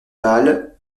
balle